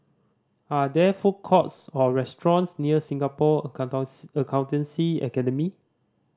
are there food courts or restaurants near Singapore Accountancy Academy